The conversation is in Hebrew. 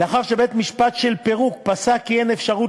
לאחר שבית-משפט של פירוק פסק כי אין אפשרות